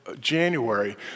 January